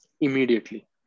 Immediately